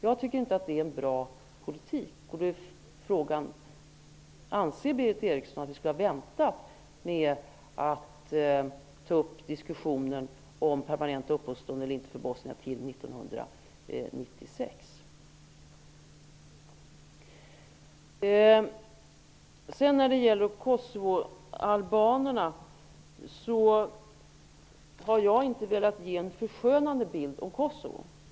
Jag tycker inte att det är en bra politik. Frågan är: Anser Berith Eriksson att vi skulle ha väntat med att ta upp diskussionen om permanenta uppehållstillstånd för bosnier till 1996? Jag har inte velat ge någon förskönande bild av Kosovo.